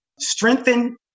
strengthen